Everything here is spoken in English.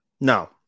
no